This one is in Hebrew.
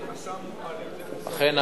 אכן,